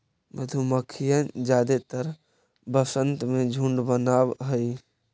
मधुमक्खियन जादेतर वसंत में झुंड बनाब हई